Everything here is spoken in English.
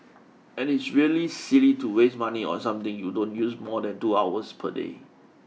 and it's really silly to waste money on something you don't use more than two hours per day